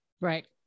Right